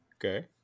okay